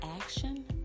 action